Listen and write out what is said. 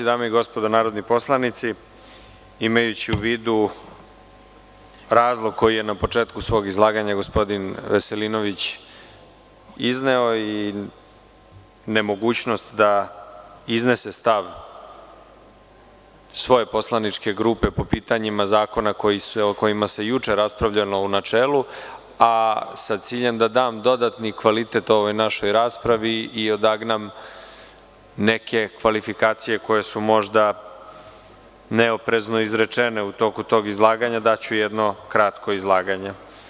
Dame i gospodo narodni poslanici, imajući u vidu razlog koji je na početku svog izlaganja gospodin Veselinović izneo i nemogućnost da iznese stav svoje poslaničke grupe po pitanjima zakona o kojima se juče raspravljalo u načelu, a sa ciljem da dam dodatni kvalitet ovoj našoj raspravi i odagnam neke kvalifikacije koje su možda neoprezno izrečene u toku tog izlaganja, daću jedno kratko izlaganje.